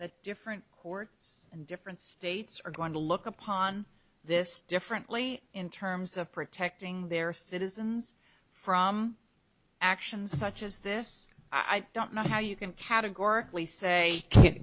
that different courts and different states are going to look upon this differently in terms of protecting their citizens from actions such as this i don't know how you can